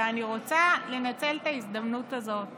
אני רוצה לנצל את ההזדמנות הזאת